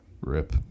Rip